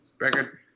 record